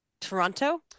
Toronto